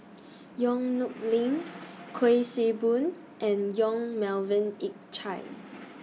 Yong Nyuk Lin Kuik Swee Boon and Yong Melvin Yik Chye